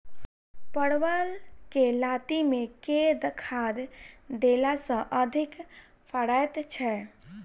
परवल केँ लाती मे केँ खाद्य देला सँ अधिक फरैत छै?